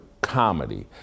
comedy